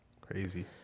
crazy